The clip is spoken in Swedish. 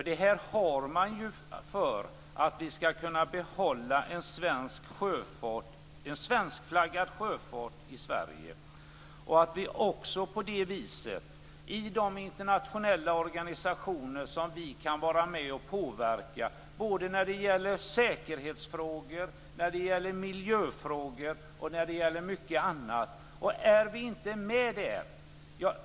Det har man ju för att vi ska kunna behålla en svenskflaggad sjöfart i Sverige och på det viset kunna vara med och påverka i internationella organisationer när det gäller säkerhetsfrågor, miljöfrågor och mycket annat.